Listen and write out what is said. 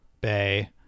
Bay